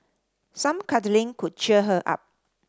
some cuddling could cheer her up